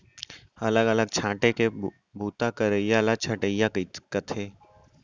अलग अलग छांटे के बूता करइया ल छंटइया कथें